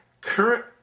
Current